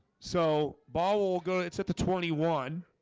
so ball will go it's at the twenty one